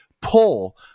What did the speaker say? pull